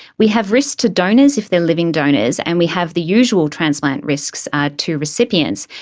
we have risks to donors if they are living donors, and we have the usual transplant risks to recipients.